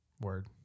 Word